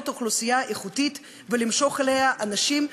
אוכלוסייה איכותית ולמשוך אליהן אנשים,